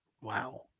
Wow